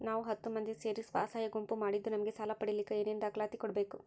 ನಾವು ಹತ್ತು ಮಂದಿ ಸೇರಿ ಸ್ವಸಹಾಯ ಗುಂಪು ಮಾಡಿದ್ದೂ ನಮಗೆ ಸಾಲ ಪಡೇಲಿಕ್ಕ ಏನೇನು ದಾಖಲಾತಿ ಕೊಡ್ಬೇಕು?